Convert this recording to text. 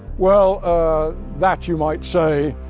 well that, you might say,